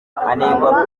anengwa